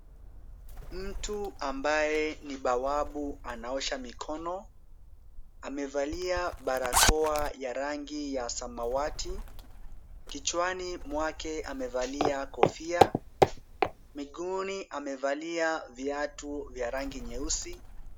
Mtu ambaye ni bawabu anaoshwa mikono, amevalia barakoa ya rangi ya samawati, kichwani mwake amevalia kofia, miguuni amevalia viatu vya rangi nyeusi.